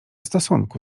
stosunku